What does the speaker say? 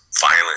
violent